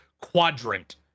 quadrant